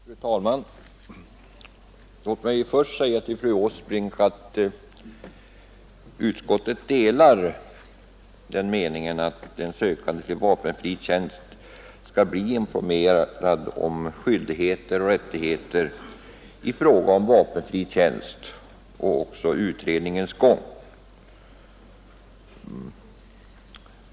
Fru talman! Låt mig först säga till fru Åsbrink att utskottet delar den meningen att den sökande till vapenfri tjänst skall bli informerad om skyldigheter och rättigheter beträffande sådan tjänst och även om utredningens gång.